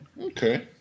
Okay